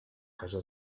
casa